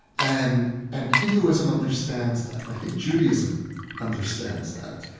and and hinduism understands that. i think judaism understands that.